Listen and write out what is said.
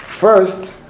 first